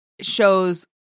shows